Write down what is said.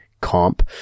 comp